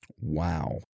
Wow